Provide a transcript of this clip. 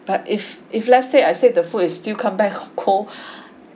but if if let's say I said the food is still come back cold